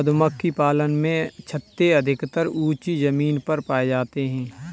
मधुमक्खी पालन में छत्ते अधिकतर ऊँची जमीन पर पाए जाते हैं